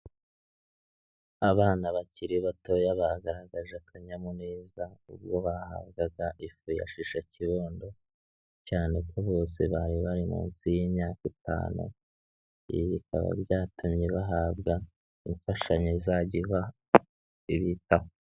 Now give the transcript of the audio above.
Abana bakiri batoya bagaragaje akanyamuneza ubwo bahabwaga ifu ya shisha kibondo cyane ko bose bari bari munsi y'imyaka itanu, ibi bikaba byatumye bahabwa imfashanyo izajya ibitaho.